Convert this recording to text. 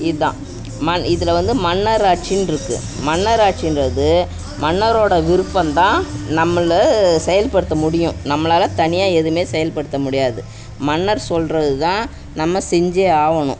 இதுதான் மன் இதில் வந்து மன்னர் ஆட்சினு இருக்குது மன்னர் ஆட்சிங்றது மன்னரோடய விருப்பம்தான் நம்மளை செயல்படுத்த முடியும் நம்மளால் தனியாக எதுவுமே செயல்படுத்த முடியாது மன்னர் சொல்கிறதுதான் நம்ம செஞ்சே ஆகணும்